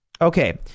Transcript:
Okay